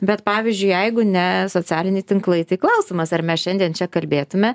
bet pavyzdžiui jeigu ne socialiniai tinklai tai klausimas ar mes šiandien čia kalbėtume